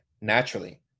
naturally